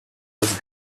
das